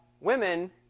women